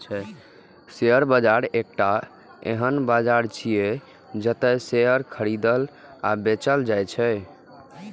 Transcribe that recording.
share बाजार एकटा एहन बाजार छियै, जतय शेयर खरीदल आ बेचल जाइ छै